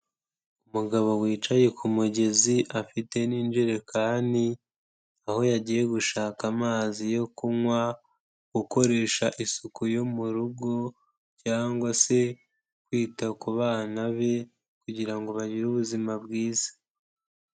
Umugabo wicaye ku mugezi afite n'injerekani, aho yagiye gushaka amazi yo kunywa, gukoresha isuku yo mu rugo cyangwa se kwita kubana be kugira ngo bagire ubuzima bwiza.